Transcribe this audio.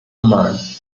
marne